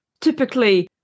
Typically